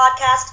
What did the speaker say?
podcast